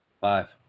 Five